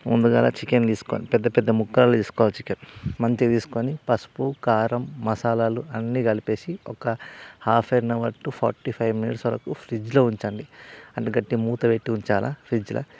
ముందుగాల చికెన్ తీసుకోండి పెద్ద పెద్ద ముక్కలు తీసుకోవాలి చికెన్ మంచిగా తీసుకొని పసుపు కారం మసాలాలు అన్నీ కలిపేసి ఒక half and hour to forty five minutes వరకు ఫ్రిడ్జ్లో ఉంచండి అంటే గట్టిగా మూత పెట్టి ఉంచాలి ఫ్రిడ్జ్లో